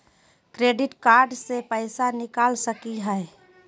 Credit card से पैसा निकल सकी हय?